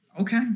Okay